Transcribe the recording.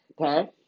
okay